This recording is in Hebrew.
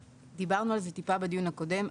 דיברנו על זה טיפה בדיון הקודם.